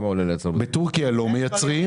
בטורקיה לא מייצרים.